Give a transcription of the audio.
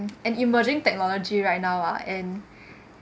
an emerging technology right now lah and